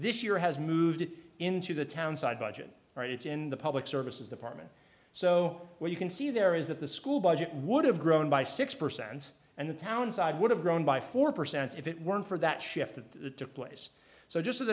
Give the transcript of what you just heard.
this year has moved into the town side budget right it's in the public services department so what you can see there is that the school budget would have grown by six percent and the town side would have grown by four percent if it weren't for that shift to place so just